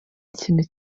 ikintu